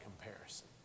comparison